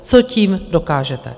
Co tím dokážete.